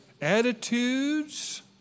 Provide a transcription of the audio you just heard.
attitudes